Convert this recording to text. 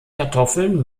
kartoffeln